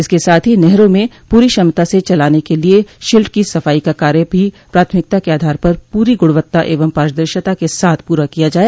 इसके साथ ही नहरों को पूरी क्षमता से चलाने के लिए शिल्ट की सफाई का कार्य भी प्राथमिकता के आधार पर पूरी गुणवत्ता एवं पारदर्शिता के साथ पूरा किया जाय